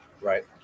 right